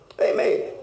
Amen